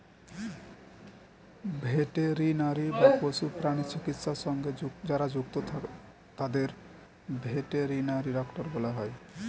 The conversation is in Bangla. ভেটেরিনারি বা পশু প্রাণী চিকিৎসা সঙ্গে যারা যুক্ত তাদের ভেটেরিনারি ডক্টর বলা হয়